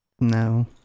No